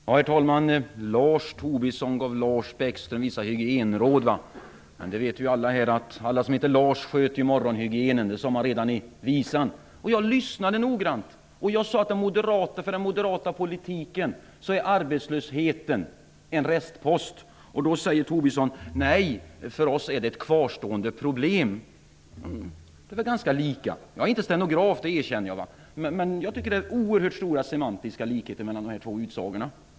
Herr talman! Lars Tobisson gav Lars Bäckström vissa hygienråd, men alla här vet ju att alla som heter Lars sköter morgonhygienen, det sade man redan i visan. Jag lyssnade noggrant på Lars Tobissons anförande, och jag sade därefter att i den moderata politiken är arbetslösheten en restpost. Då säger Tobisson: Nej, för oss är arbetslösheten ett kvarstående problem. Ja, det är väl ganska lika. Jag är inte stenograf, det erkänner jag, men jag tycker att det är oerhört stora semantiska likheter mellan de här två utsagorna.